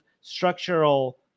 structural